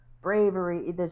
bravery